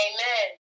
Amen